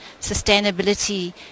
sustainability